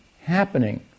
happening